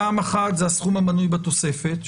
פעם אחת זה הסכום המנוי בתוספת,